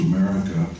America